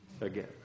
again